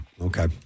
Okay